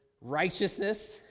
righteousness